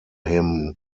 him